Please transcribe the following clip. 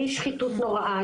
משחיתות נוראה,